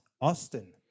Austin